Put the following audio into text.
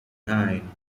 nine